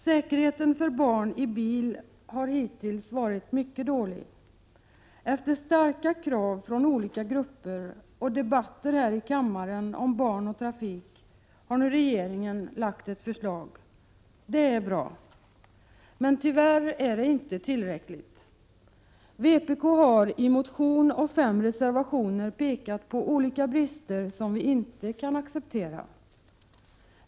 Säkerheten för barn i bil har varit mycket dålig. Efter starka krav från olika grupper och debatter här i kammaren om barn och trafik har nu regeringen lagt fram ett förslag. Det är bra, men tyvärr är det inte tillräckligt. Vpk har i motion och i fem reservationer pekat på olika brister, som vi inte kan acceptera.